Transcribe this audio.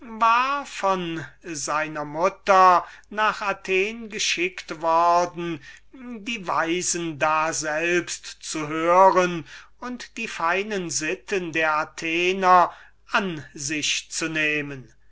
von seiner mutter nach athen geschickt worden die weisen daselbst zu hören und die feinen sitten der athenienser an sich zu nehmen